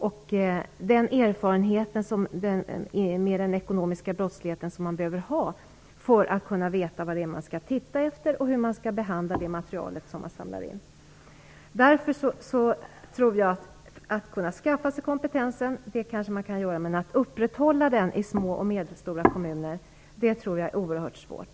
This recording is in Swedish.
Det behövs erfarenhet av den ekonomiska brottsligheten för att man skall veta vad man skall titta efter och hur insamlat material skall behandlas. Att skaffa sig kompetens går kanske, men att upprätthålla den i små och medelstora kommuner är nog oerhört svårt.